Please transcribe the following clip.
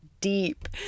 deep